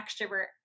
extrovert